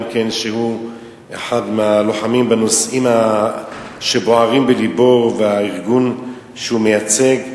שהוא אחד הלוחמים בנושאים שבוערים בלבו ובארגון שהוא מייצג.